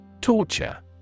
Torture